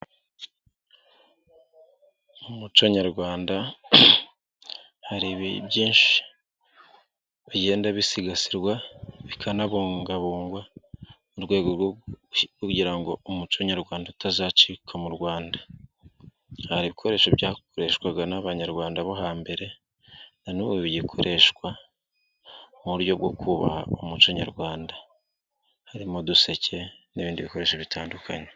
Mu muco nyarwanda, hari byinshi bigenda bisigasirwa, bikanabungabungwa, mu rwego rwo kugira ngo umuco nyarwanda utazacika mu Rwanda. Hari ibikoresho byakoreshwaga n'abanyarwanda bo hambere, na n'ubu bigikoreshwa, mu buryo bwo kubaha umuco nyarwanda. Harimo uduseke n'ibindi bikoresho bitandukanye.